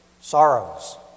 sorrows